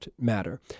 matter